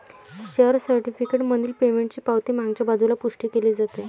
share certificate मधील पेमेंटची पावती मागच्या बाजूला पुष्टी केली जाते